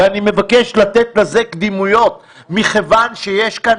ואני מבקש לתת לזה קדימויות מכיוון שיש כאן